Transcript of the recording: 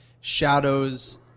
Shadows